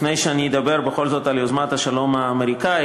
לפני שאני אדבר בכל זאת על יוזמת השלום האמריקנית,